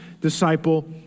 disciple